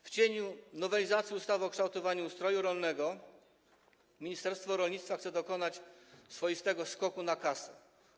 W cieniu nowelizacji ustawy o kształtowaniu ustroju rolnego ministerstwo rolnictwa chce dokonać swoistego skoku na kasę.